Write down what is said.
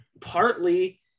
partly